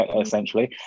essentially